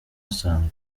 asanzwe